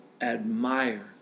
admire